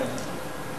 הרווחה והבריאות נתקבלה.